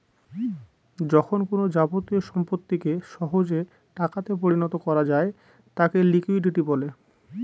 যখন কোনো যাবতীয় সম্পত্তিকে সহজে টাকাতে পরিণত করা যায় তাকে লিকুইডিটি বলে